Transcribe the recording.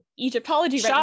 egyptology